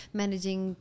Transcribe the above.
managing